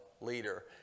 Leader